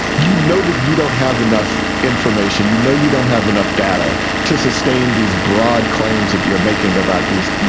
you know that you don't have enough information. you know, you don't have enough data to sustain these broad claims that you're making about these, you